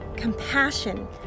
compassion